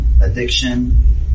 addiction